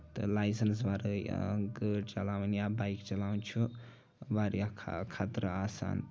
تہٕ لایسَنس وَرٲے گٲڈۍ چلاوٕنۍ یا بایک چلاوٕنۍ چھُ واریاہ خَطرٕ آسان